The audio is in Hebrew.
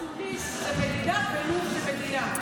תוניס היא מדינה ולוב היא מדינה,